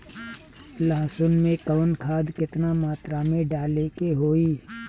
लहसुन में कवन खाद केतना मात्रा में डाले के होई?